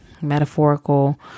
metaphorical